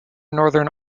northern